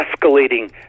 escalating